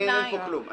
אין פה כלום.